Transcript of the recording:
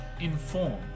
informed